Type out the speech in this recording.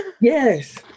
Yes